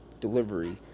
delivery